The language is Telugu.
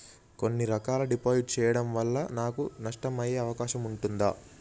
కొన్ని రకాల డిపాజిట్ చెయ్యడం వల్ల నాకు నష్టం అయ్యే అవకాశం ఉంటదా?